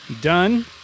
done